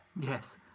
yes